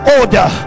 order